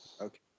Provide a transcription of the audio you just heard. Okay